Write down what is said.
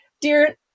dear